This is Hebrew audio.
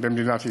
במדינת ישראל.